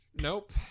Nope